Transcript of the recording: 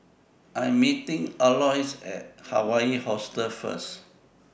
I Am meeting Aloys At Hawaii Hostel First